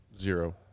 Zero